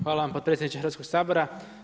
Hvala vam potpredsjedniče Hrvatskog sabora.